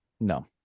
No